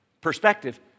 perspective